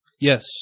Yes